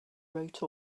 wrote